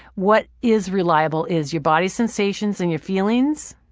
what is reliable is your body sensations and your feelings.